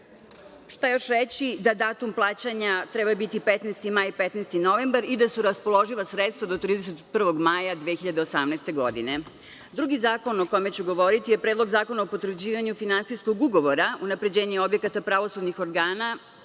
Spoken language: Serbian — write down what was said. još reći da datum plaćanja treba biti 15. maj – 15. novembar i da su raspoloživa sredstva do 31. maja 2018. godine. Drugi zakon o kojem ću govoriti je Predlog zakona o potvrđivanju finansijskog ugovora, unapređenje objekata pravosudnih organa